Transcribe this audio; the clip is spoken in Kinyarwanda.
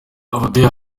abatuye